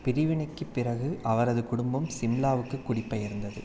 பிரிவினைக்குப் பிறகு அவரது குடும்பம் சிம்லாவுக்கு குடிப்பெயர்ந்தது